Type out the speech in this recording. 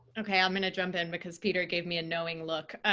ok, i'm going to jump in because peter gave me a knowing look.